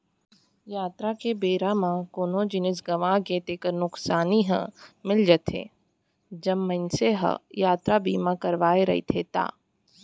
यातरा के बेरा म कोनो जिनिस गँवागे तेकर नुकसानी हर मिल जाथे, जब मनसे ह यातरा बीमा करवाय रहिथे ता